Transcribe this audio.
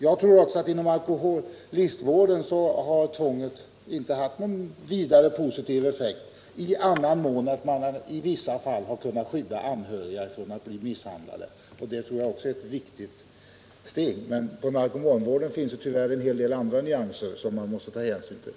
Jag tror inte heller att tvånget haft någon vidare positiv effekt i alkoholistvården, annat än i så måtto att man i vissa fall kunnat skydda anhöriga från att bli misshandlade. Det tror jag också är en viktig effekt. Men när det gäller narkomanvården finns det tyvärr en hel del andra nyanser man måste ta hänsyn till.